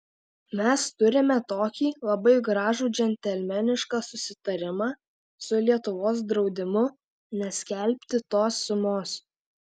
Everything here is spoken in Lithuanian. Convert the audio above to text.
mes turime tokį labai gražų džentelmenišką susitarimą su lietuvos draudimu neskelbti tos sumos